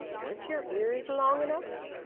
weren't your ears long enough?